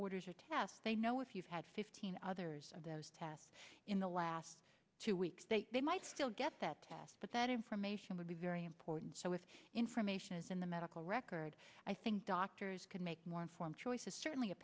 orders a test they know if you've had fifteen others of those tests in the last two weeks they might still get that test but that information would be very important so if information is in the medical records i think doctors can make more informed choices certainly a